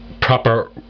proper